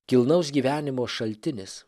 kilnaus gyvenimo šaltinis